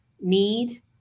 need